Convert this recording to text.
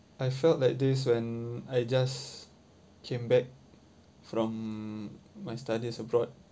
I felt like this when I just came back from my studies abroad